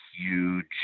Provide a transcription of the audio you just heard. huge –